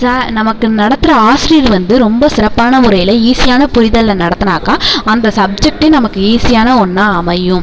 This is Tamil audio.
சா நமக்கு நடத்துகிற ஆசிரியர் வந்து ரொம்ப சிறப்பான முறையில் ஈஸியான புரிதல்ல நடத்துனாக்கா அந்த சப்ஜெக்ட்டே நமக்கு ஈஸியான ஒன்றா அமையும்